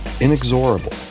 Inexorable